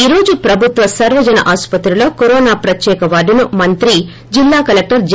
ఈ రోజు ప్రభుత్వ సర్వజన ఆసుపత్రిలో కరోనా ప్రత్యక వార్దును మంత్రి జిల్లా కలెక్టర్ జె